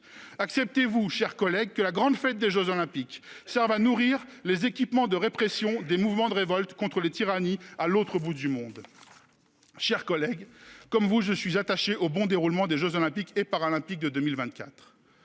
Acceptez-vous, chers collègues, que la grande fête des jeux Olympiques serve à nourrir les équipements de répression des mouvements de révolte contre les tyrannies à l'autre bout du monde ? Mes chers collègues, comme vous, je suis attaché au bon déroulement des jeux Olympiques et Paralympiques de 2024.